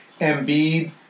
Embiid